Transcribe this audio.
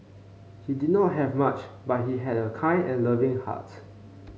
he did not have much but he had a kind and loving heart